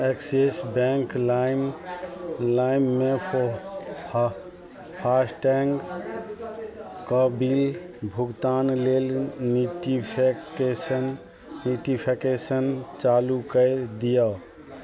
axis bank लाइम लाइममे फा फास्टैगके बिल भुगतान लेल नोटिफिकेशन नोटिफिकेशन चालू कऽ दिअऽ